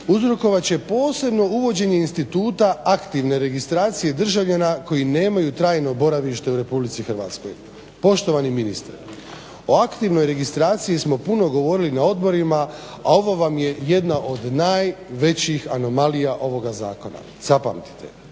uzrokovat će posebno uvođenje instituta aktivne registracije državljana koji nemaju trajno boravište u Republici Hrvatskoj. Poštovani ministre, o aktivnoj registraciji smo puno govorili na odborima, a ovo vam je jedna od najvećih anomalija ovoga zakona, zapamtite.